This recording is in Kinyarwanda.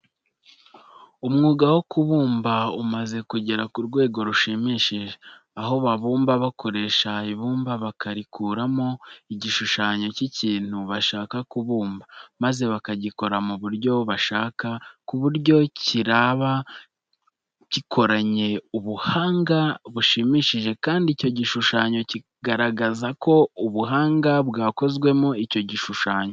Umwuga wo kubumba umaze kugera ku rwego rushimishije, aho babumba bakoresha ibumba bakarikuramo igishushanyo cy'ikintu bashaka kubumba maze bakagikora mu buryo bashaka, ku buryo kiraba gikoranye ubuhanga bushimishije kandi icyo gishushanyo kigaragaza ko ubuhanga bwakozwemo icyo gishushanyo.